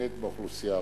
באמת, באוכלוסייה הערבית.